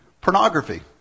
Pornography